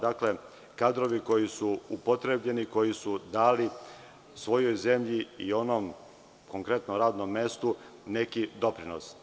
Dakle, kadrovi koji su upotrebljeni, koji su dali svojoj zemlji i konkretno radnom mestu neki doprinos.